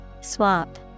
Swap